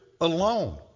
alone